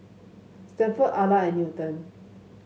Stanford Ala and Newton